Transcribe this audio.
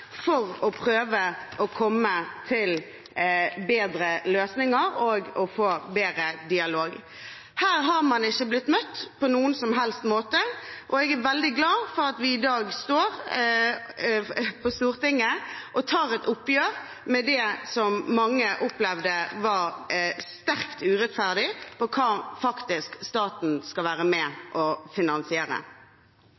for å prøve å komme til bedre løsninger og få en bedre dialog. Her har man ikke blitt møtt på noen som helst måte, og jeg er veldig glad for at vi i dag står på Stortinget og tar et oppgjør med det som mange opplevde var sterkt urettferdig at staten skal være med